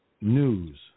News